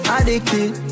Addicted